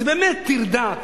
זאת באמת טרדה.